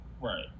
Right